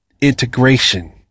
integration